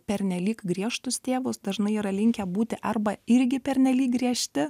pernelyg griežtus tėvus dažnai yra linkę būti arba irgi pernelyg griežti